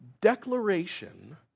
declaration